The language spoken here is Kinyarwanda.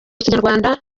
kinyarwanda